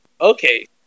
okay